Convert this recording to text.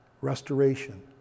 Restoration